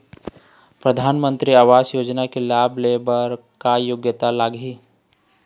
परधानमंतरी आवास योजना के लाभ ले हे बर का योग्यता लाग ही?